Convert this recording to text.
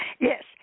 Yes